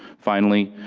finally,